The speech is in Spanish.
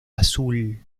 azul